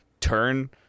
turn